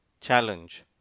CHALLENGE